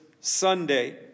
Sunday